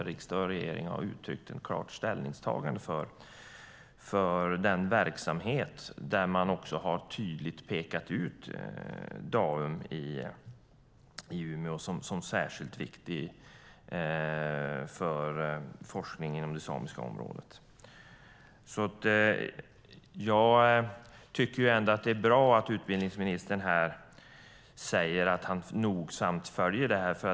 Riksdag och regering har uttryckt ett klart ställningstagande för den verksamhet där man tydligt har pekat ut Daum i Umeå som särskilt viktigt för forskningen inom det samiska området. Jag tycker ändå att det är bra att utbildningsministern säger att han nogsamt följer detta.